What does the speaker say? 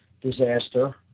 disaster